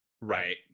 Right